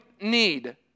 need